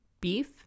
beef